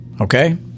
okay